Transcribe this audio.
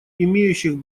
имеющих